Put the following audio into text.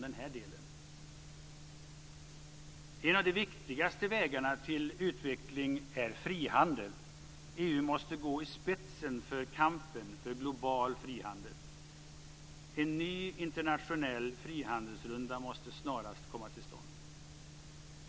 En av de viktigaste vägarna till utveckling är frihandel. EU måste gå i spetsen för kampen för global frihandel. En ny internationell frihandelsrunda måste snarast komma till stånd.